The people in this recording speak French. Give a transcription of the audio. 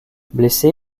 blessé